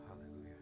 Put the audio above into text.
Hallelujah